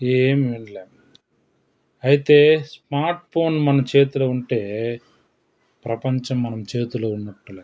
ఏం వినలేము అయితే స్మార్ట్ ఫోన్ మన చేతిలో ఉంటే ప్రపంచం మనం చేతిలో ఉన్నట్టు లెక్క